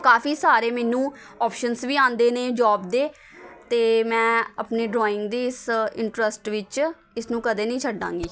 ਕਾਫ਼ੀ ਸਾਰੇ ਮੈਨੂੰ ਓਪਸ਼ਨਸ ਵੀ ਆਉਂਦੇ ਨੇ ਜੋਬ ਦੇ ਅਤੇ ਮੈਂ ਆਪਣੀ ਡਰੋਇੰਗ ਦੀ ਇਸ ਇਨਟਰੱਸਟ ਵਿੱਚ ਇਸ ਨੂੰ ਕਦੇ ਨਹੀਂ ਛਡਾਂਗੀ